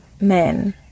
men